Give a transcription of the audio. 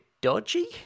dodgy